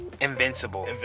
Invincible